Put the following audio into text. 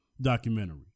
documentary